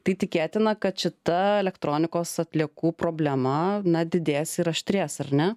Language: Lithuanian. tai tikėtina kad šita elektronikos atliekų problema na didės ir aštrės ar ne